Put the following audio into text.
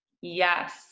Yes